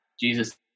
Jesus